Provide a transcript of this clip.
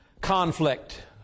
conflict